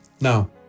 Now